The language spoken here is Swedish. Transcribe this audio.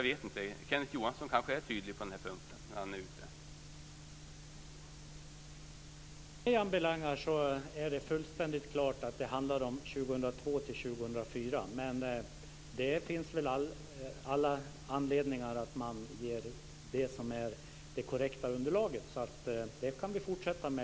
Men Kenneth Johansson kanske är tydlig på den här punkten när han är ute och talar.